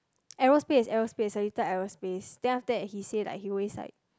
aerospace aerospace Seletar aerospace then after that he say like he always like